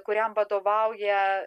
kuriam vadovauja